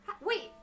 Wait